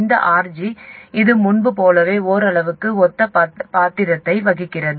இந்த RG இது முன்பு போலவே ஓரளவுக்கு ஒத்த பாத்திரத்தை வகிக்கிறது